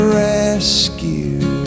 rescue